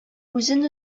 үзен